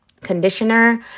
conditioner